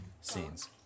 scenes